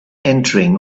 entering